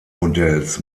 modells